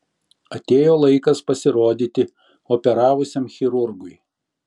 atėjo laikas pasirodyti operavusiam chirurgui